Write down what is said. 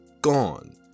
gone